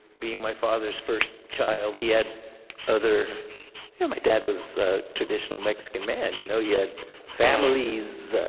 being my father's first child he had other yeah my dad was a traditional mexican man. you know he had families